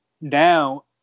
now